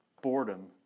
Boredom